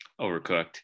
Overcooked